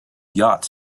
yacht